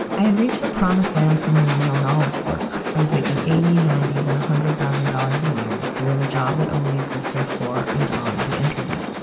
i had reached the promised land for millennial knowledge work. i was making eighty ninety than one hundred thousand dollars a year doing a job that only existed for and on the internet.